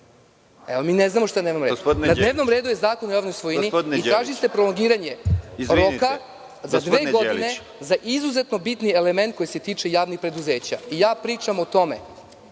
više i ne znamo šta je na dnevnom redu. Na dnevnom redu je Zakon o javnoj svojini i traži se prolongiranje roka za dve godine za izuzetno bitan element koji se tiče javnih preduzeća. Ja pričam o tome.